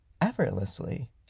effortlessly